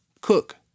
cook